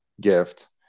gift